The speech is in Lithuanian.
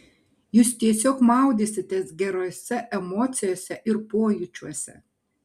jūs tiesiog maudysitės gerose emocijose ir pojūčiuose